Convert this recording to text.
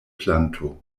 planto